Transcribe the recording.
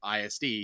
ISD